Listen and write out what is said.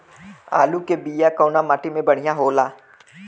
आलू के बिया कवना माटी मे बढ़ियां होला?